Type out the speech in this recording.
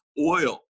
Oil